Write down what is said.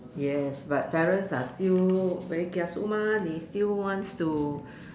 yes but parents are still very kiasu ah they still wants to